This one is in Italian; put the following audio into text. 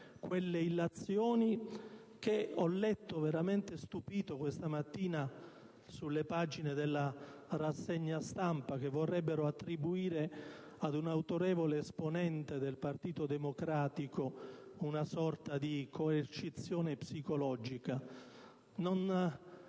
quelle illazioni che ho letto veramente stupito questa mattina sulle pagine della rassegna stampa che vorrebbero attribuire ad un autorevole esponente del Partito Democratico una sorta di coercizione psicologica.